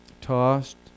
tossed